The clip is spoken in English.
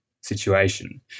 situation